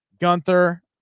Gunther